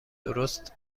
درست